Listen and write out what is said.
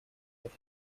with